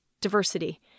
diversity